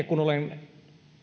kun olen